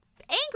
angry